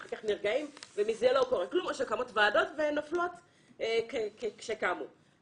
אחר כך נרגעים ולא קורה כלום או שקמות ועדות ונופלות כפי שקמו.